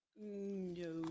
No